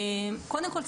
קודם כל,